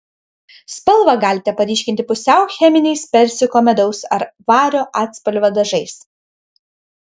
spalvą galite paryškinti pusiau cheminiais persiko medaus ar vario atspalvio dažais